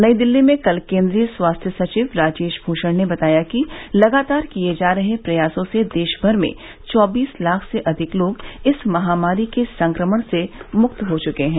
नई दिल्ली में कल केंद्रीय स्वास्थ्य सचिव राजेश भूषण ने बतायाकि लगातार किये जा रहे प्रयासों से देशभर में चौबीस लाख से अधिक लोग इस महामारी के संक्रमण से मुक्त हो चुके हैं